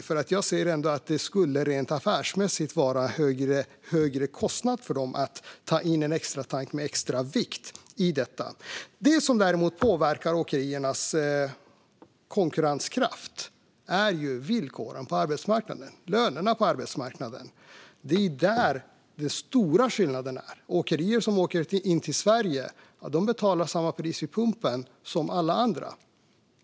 Men jag ser att det rent affärsmässigt skulle innebära en högre kostnad för dem att ta in en extra tank som innebär extra vikt. Det som däremot påverkar åkeriernas konkurrenskraft är villkoren på arbetsmarknaden, lönerna på arbetsmarknaden. Där är den stora skillnaden. Åkerier som åker in i Sverige betalar samma pris vid pumpen som alla andra.